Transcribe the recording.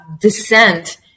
descent